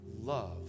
love